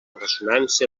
ressonància